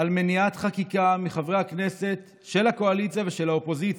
על מניעת חקיקה מחברי הכנסת של הקואליציה ושל האופוזיציה,